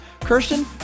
Kirsten